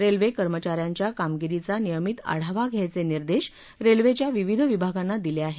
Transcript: railway कर्मचा यांच्या कामगिरीचा नियमित आढावा घ्यायचे निर्देश रेल्वेच्या विविध विभागांना दिले आहेत